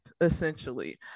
essentially